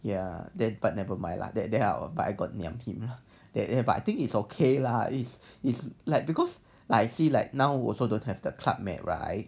ya that part nevermind lah that there are but I got niam him lah that lie but I think it's okay lah it's it's like because like I see like now also don't have the club med right